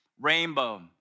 rainbow